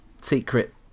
secret